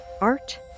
Art